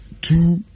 two